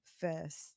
first